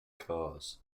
cars